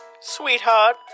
Sweetheart